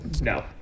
No